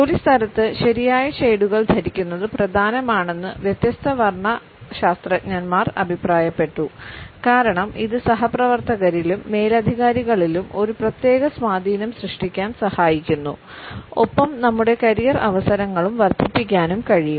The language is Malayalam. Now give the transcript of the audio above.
ജോലിസ്ഥലത്ത് ശരിയായ ഷേഡുകൾ ധരിക്കുന്നത് പ്രധാനമാണെന്ന് വ്യത്യസ്ത വർണ്ണ മനശാസ്ത്രജ്ഞർ അഭിപ്രായപ്പെട്ടു കാരണം ഇത് സഹപ്രവർത്തകരിലും മേലധികാരികളിലും ഒരു പ്രത്യേക സ്വാധീനം സൃഷ്ടിക്കാൻ സഹായിക്കുന്നു ഒപ്പം നമ്മുടെ കരിയർ അവസരങ്ങളും വർദ്ധിപ്പിക്കാനും കഴിയും